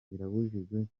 birabujijwe